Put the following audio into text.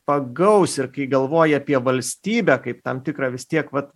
pagaus ir kai galvoji apie valstybę kaip tam tikrą vis tiek vat